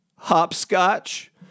hopscotch